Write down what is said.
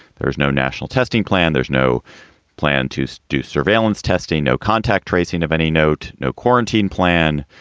there is no national testing plan. there's no plan to so do surveillance testing, no contact tracing of any note. no quarantine plan.